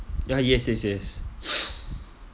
ya yes yes yes